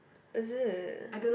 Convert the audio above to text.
is it